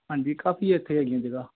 ਹਾਂਜੀ ਕਾਫ਼ੀ ਇੱਥੇ ਹੈਗੀਆਂ ਜਗ੍ਹਾ